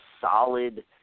solid